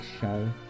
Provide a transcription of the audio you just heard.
show